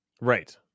Right